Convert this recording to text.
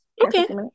Okay